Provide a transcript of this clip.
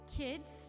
Kids